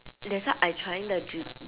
that's why I trying the dri~